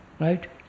Right